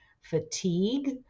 fatigue